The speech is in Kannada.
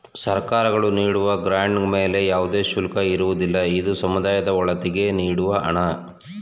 ಸರ್ಕಾರಗಳು ನೀಡುವ ಗ್ರಾಂಡ್ ಗಳ ಮೇಲೆ ಯಾವುದೇ ಶುಲ್ಕ ಇರುವುದಿಲ್ಲ, ಇದು ಸಮುದಾಯದ ಒಳಿತಿಗಾಗಿ ನೀಡುವ ಹಣ